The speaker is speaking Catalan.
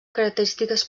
característiques